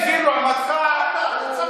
תתבייש.